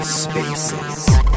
spaces